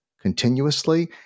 continuously